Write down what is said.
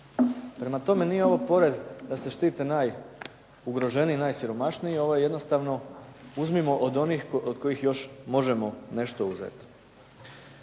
Prema tome, nije ovo porez da se štite najugroženiji, najsiromašniji, ovo je jednostavno uzmimo od onih od kojih još možemo nešto uzeti.